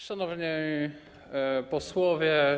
Szanowni Posłowie!